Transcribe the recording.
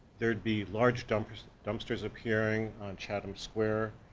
there'd be large dumpsters dumpsters appearing on chatham square,